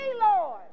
Lord